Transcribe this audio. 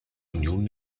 union